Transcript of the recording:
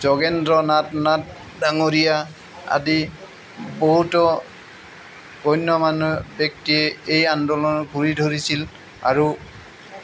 ডাঙৰীয়া আদি বহুতো ব্যক্তিয়ে এই আন্দোলনৰ গুৰি ধৰিছিল আৰু